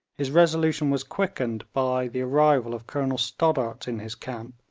his resolution was quickened by the arrival of colonel stoddart in his camp,